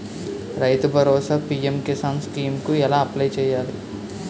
రైతు Bharosa PM Kisan scheme కు ఎలా అప్లయ్ చేయాలి?